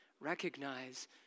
Recognize